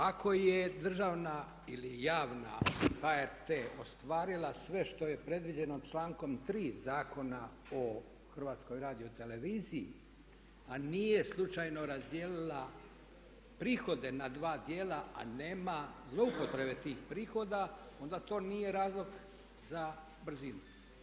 Ako je državna ili javna HRT ostvarila sve što je predviđeno člankom 3. Zakona o HRT-u a nije slučajno razdijelila prihode na dva dijela, a nema zlouporabe tih prihoda onda to nije razlog za brzinu.